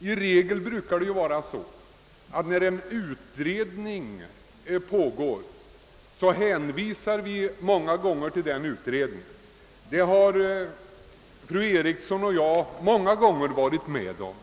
i regel brukar vara så att när en utredning pågår hän visas det till denna. Detta har både fru Eriksson i Stockholm och jag många gånger varit med om.